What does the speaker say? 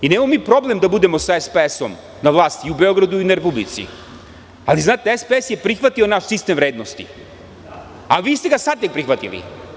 Nemamo mi problem da budemo sa SPS na vlasti i u Beogradu i u Republici, ali SPS je prihvatio naš sistem vrednosti, a vi ste ga sad tek prihvatili.